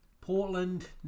Portland